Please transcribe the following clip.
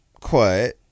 quiet